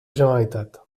generalitat